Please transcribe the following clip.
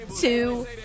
two